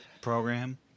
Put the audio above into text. program